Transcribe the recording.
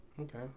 Okay